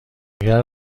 اگه